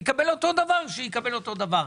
אם קבל אותו הדבר, יקבל אותו דבר.